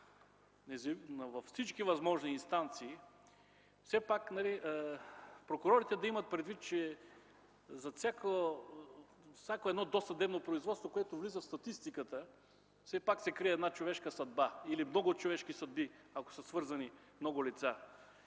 във всички възможни инстанции, прокурорите да имат предвид, че зад всяко досъдебно производство, което влиза в статистиката, се крие човешка съдба или много човешки съдби, ако са свързани много лица.